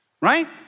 right